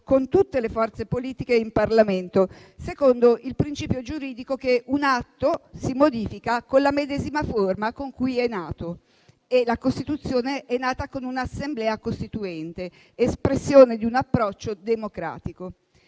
con tutte le forze politiche in Parlamento, secondo il principio giuridico che un atto si modifica con la medesima forma con cui è nato, e la Costituzione è nata con un'Assemblea costituente, espressione di un approccio democratico.